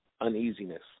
uneasiness